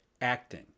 acting